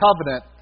covenant